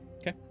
Okay